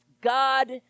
God